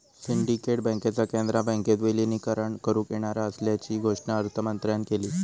syndicate बँकेचा कॅनरा बँकेत विलीनीकरण करुक येणार असल्याची घोषणा अर्थमंत्र्यांन केली